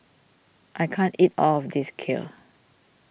I can't eat all of this Kheer